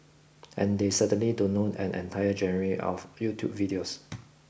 and they certainly don't own an entire genre of YouTube videos